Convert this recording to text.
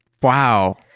Wow